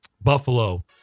Buffalo